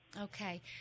Okay